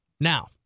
Now